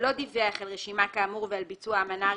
ולא דיווח על רשימה כאמור ועל סיום ביצוע המנה השנייה,